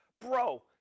bro